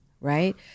right